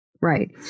Right